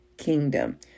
kingdom